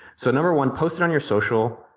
so number one, post it on your social,